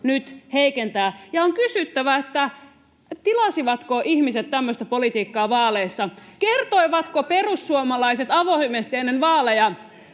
nyt heikentää. Ja on kysyttävä, tilasivatko ihmiset tämmöistä politiikkaa vaaleissa. Kertoivatko perussuomalaiset avoimesti ennen vaaleja,